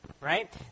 right